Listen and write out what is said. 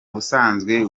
ubusanzwe